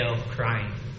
crying